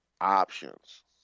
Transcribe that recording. options